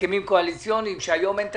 הסכמים קואליציוניים שהיום אין תקציב,